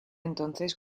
entonces